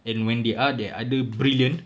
and when there are they're either brilliant